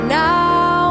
now